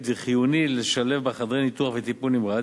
וחיוני לשלב בה חדרי ניתוח וטיפול נמרץ,